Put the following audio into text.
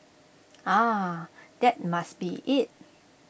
ah that must be IT